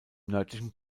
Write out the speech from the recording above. nördlichen